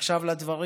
עכשיו לדברים